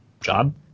job